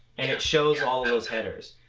and it shows all of those headers.